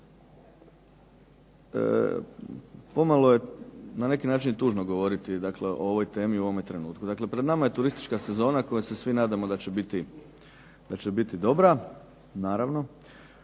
pomalo je na neki način tužno govoriti, dakle o ovoj temi u ovom trenutku. Dakle, pred nama je turistička sezona koja se svi nadamo da će biti dobra, naravno.